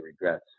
regrets